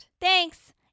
Thanks